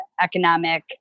economic